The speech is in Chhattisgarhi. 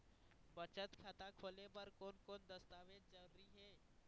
बचत खाता खोले बर कोन कोन दस्तावेज जरूरी हे?